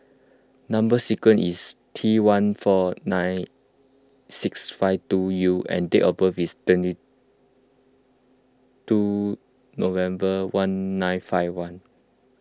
Number Sequence is T one four nine six five two U and date of birth is twenty two November one nine five one